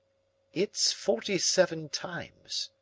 it's forty-seven times,